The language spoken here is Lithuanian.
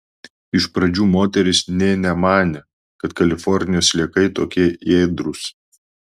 iš pradžių moteris nė nemanė kad kalifornijos sliekai tokie ėdrūs